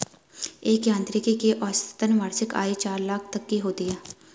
एक यांत्रिकी की औसतन वार्षिक आय चार लाख तक की होती है